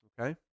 Okay